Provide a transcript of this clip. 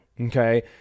okay